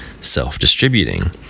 self-distributing